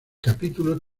capítulo